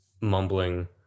mumbling